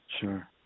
Sure